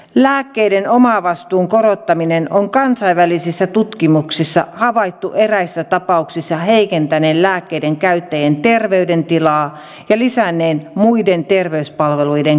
lääkkeiden omavastuun korottamisen on kansainvälisissä tutkimuksissa havaittu eräissä tapauksissa heikentäneen lääkkeiden käyttäjien terveydentilaa ja lisänneen muiden terveyspalveluiden käyttöä